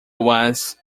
was